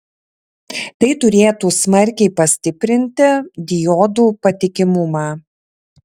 tai turėtų smarkiai pastiprinti diodų patikimumą